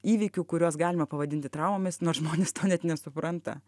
įvykių kuriuos galima pavadinti traumomis nors žmonės to net nesupranta